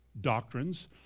doctrines